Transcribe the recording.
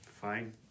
Fine